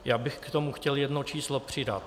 Já bych k tomu chtěl jedno číslo přidat.